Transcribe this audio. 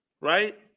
right